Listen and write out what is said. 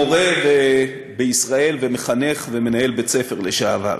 מורה בישראל ומחנך ומנהל בית-ספר לשעבר,